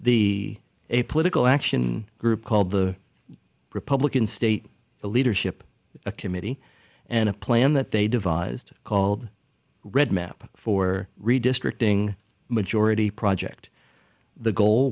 the a political action group called the republican state leadership committee and a plan that they devised called red map for redistricting majority project the goal